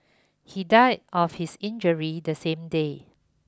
he died of his injuries the same day